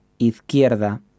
izquierda